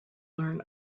learn